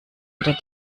oder